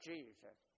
Jesus